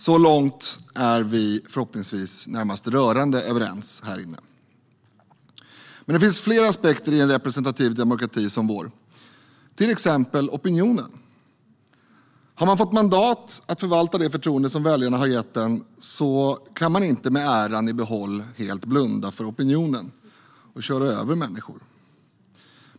Så långt är vi förhoppningsvis närmast rörande överens här inne. Men det finns fler aspekter i en representativ demokrati som vår, till exempel opinionen. Har man fått mandat att förvalta det förtroende som väljarna har gett en kan man inte med äran i behåll helt blunda för opinionen och köra över människor.